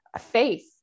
faith